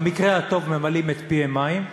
במקרה הטוב ממלאים פיהם מים,